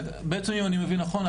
בעצם אם אני מבין נכון,